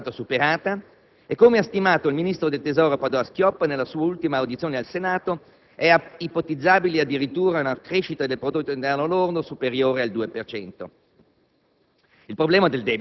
la fase di emergenza é stata superata e, come ha stimato il ministro del tesoro Padoa-Schioppa nella sua ultima audizione al Senato, è ipotizzabile addirittura una crescita del prodotto interno lordo superiore al 2